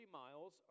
miles